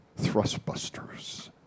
Thrustbusters